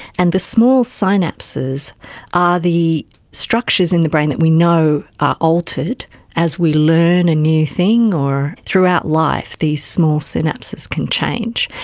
and the small synapses are the structures in the brain that we know are altered as we learn a new thing or throughout life these small synapses can change.